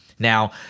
Now